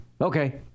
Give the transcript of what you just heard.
Okay